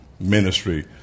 ministry